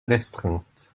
restreinte